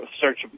search